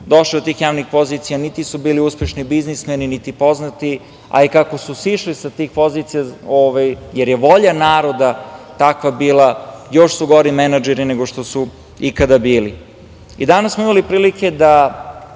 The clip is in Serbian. došli do tih javnih pozicija niti su bili uspešni biznismeni, niti poznati, a i kako su sišli sa tih pozicija, jer je volja naroda takva bila, još su gori menadžeri nego što su ikada bili. Danas smo imali prilike da